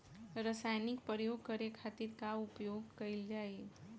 रसायनिक प्रयोग करे खातिर का उपयोग कईल जाइ?